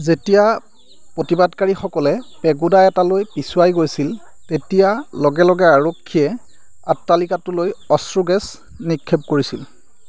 যেতিয়া প্ৰতিবাদকাৰীসকলে পেগোডা এটালৈ পিছুৱাই গৈছিল তেতিয়া লগে লগে আৰক্ষীয়ে অট্টালিকাটোলৈ অশ্ৰু গেছ নিক্ষেপ কৰিছিল